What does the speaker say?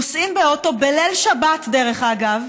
נוסעים באוטו, בליל שבת, דרך אגב,